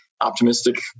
optimistic